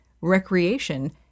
recreation